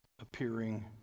appearing